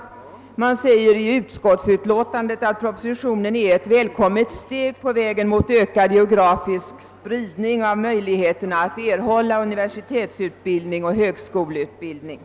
Man säger i utskottsutlåtandet att propositionens förslag är ett välkommet steg på vägen mot ökad geografisk spridning av möjligheterna att erhålla universitetetsoch högskoleutbildning.